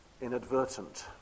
inadvertent